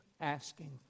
asking